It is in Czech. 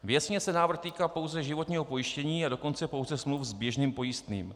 Věcně se návrh týká pouze životního pojištění, a dokonce pouze smluv s běžným pojistným.